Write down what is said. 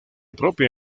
propia